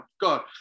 God